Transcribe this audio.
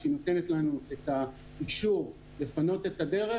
כשהיא נותנת לנו את האישור לפנות את הדרך,